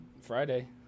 Friday